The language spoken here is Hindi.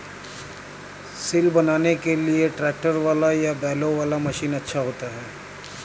सिल बनाने के लिए ट्रैक्टर वाला या बैलों वाला मशीन अच्छा होता है?